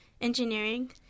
engineering